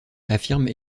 affirme